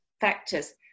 factors